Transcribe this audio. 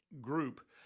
group